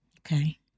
Okay